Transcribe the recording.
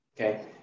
Okay